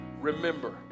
remember